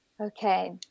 Okay